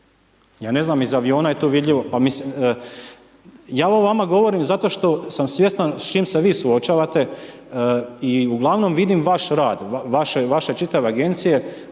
Ja ne znam, iz aviona je to vidljivo pa mislim. Ja ovo vama govorim zato što sam svjestan s čime se vi suočavate i uglavnom vidim vaš rad, vaše čitave agencije